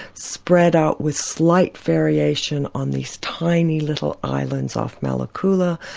spread out with slight variation on these tiny little islands off malekula,